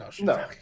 no